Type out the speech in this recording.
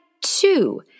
two